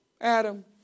Adam